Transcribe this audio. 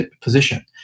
position